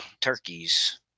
turkeys